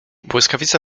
błyskawica